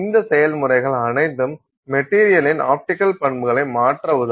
இந்த செயல்முறைகள் அனைத்தும் மெட்டீரியலின் ஆப்டிக்கல் பண்புகளை மாற்ற உதவும்